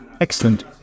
Excellent